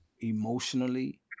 emotionally